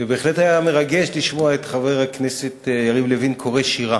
בהחלט היה מרגש לשמוע את חבר הכנסת יריב לוין קורא שירה.